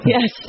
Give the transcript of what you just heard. Yes